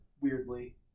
weirdly